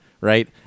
right